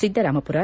Siddaramapura